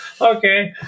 Okay